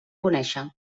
conèixer